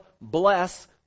bless